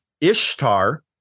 ishtar